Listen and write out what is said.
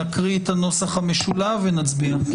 נקרא את הנוסח המשולב ונצביע.